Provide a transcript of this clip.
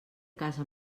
casa